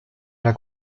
alla